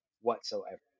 whatsoever